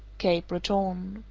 cape breton.